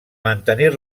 mantenir